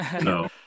No